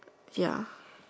ya